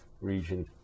region